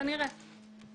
כנראה.